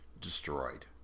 destroyed